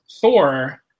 Thor